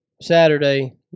Saturday